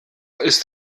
ist